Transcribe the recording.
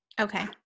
Okay